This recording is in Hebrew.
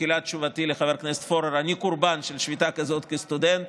בתחילת תשובתי לחבר הכנסת פורר: אני קורבן של שביתה כזאת כסטודנט,